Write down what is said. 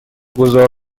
گذار